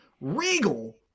Regal